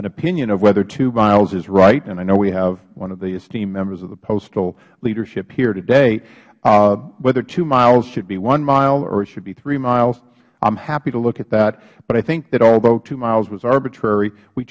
an opinion of whether two miles is right and i know we have one of the esteemed members of the postal leadership here today whether two miles should be one mile or it should be three miles i am happy to look at that but i think that although two miles was arbitrary we